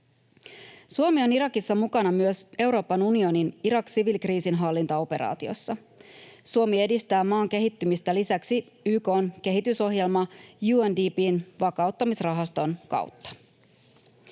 Suomi on Irakissa mukana myös Euroopan unionin Irak-siviilinkriisinhallintaoperaatiossa. Suomi edistää maan kehittymistä lisäksi YK:n kehitysohjelma UNDP:n vakauttamisrahaston kautta.